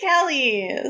Kelly